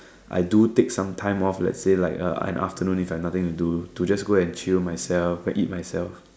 I do take some time off let's say like a an afternoon if I have nothing to do to just go and chill myself go and eat myself